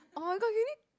oh you got unit